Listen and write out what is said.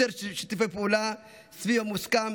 יותר שיתופי פעולה סביב המוסכם